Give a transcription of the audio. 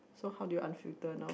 so how do you unfilter now